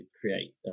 create